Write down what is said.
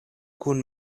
kun